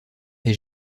est